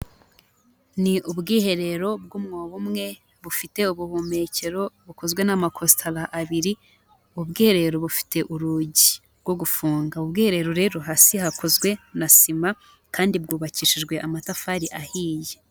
Ni ubwiherero bw'umwobo umwe bufite ubuhumekero bukozwe n'amakositara abiri, ubwiherero bufite urugi rwo gufunga, ubwiherero rero hasi hakozwe na sima kandi bwubakishijwe amatafari ahiye.